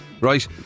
right